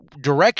direction